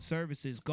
Services